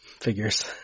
figures